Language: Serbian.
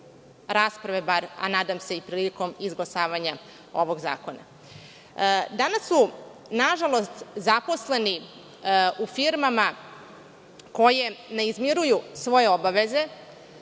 rasprave, a nadam se i prilikom izglasavanja ovog zakona. Danas su nažalost, zaposleni u firmama koje ne izmiruju svoje obaveze